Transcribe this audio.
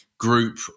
group